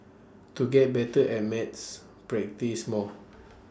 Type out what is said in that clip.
to get better at maths practise more